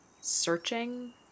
searching